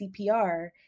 CPR